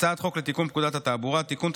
3. הצעת חוק לתיקון פקודת התעבורה (תיקון,